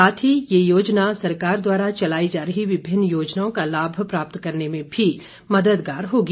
साथ ही ये योजना सरकार द्वारा चलाई जा रही विभिन्न योजनाओं का लाभ प्राप्त करने में भी मददगार होंगी